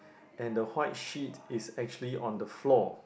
and the white sheet is actually on the floor